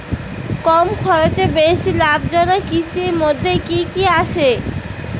কম খরচে বেশি লাভজনক কৃষির মইধ্যে কি কি আসে?